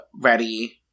ready